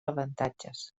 avantatges